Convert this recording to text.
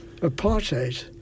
Apartheid